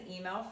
email